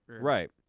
Right